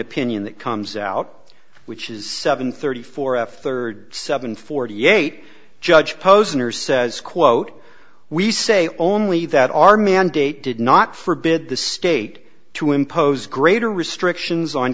opinion that comes out which is seven thirty four f third seven forty eight judge posner says quote we say only that our mandate did not forbid the state to impose greater restrictions on